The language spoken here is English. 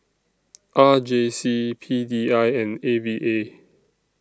R J C P D I and A V A